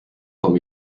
vom